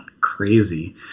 crazy